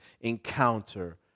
encounter